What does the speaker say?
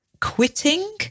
quitting